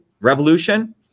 revolution